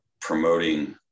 promoting